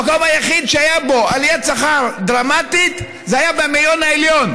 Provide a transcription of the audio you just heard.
המקום היחיד שהייתה בו עליית שכר דרמטית זה המאיון העליון.